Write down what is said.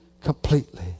completely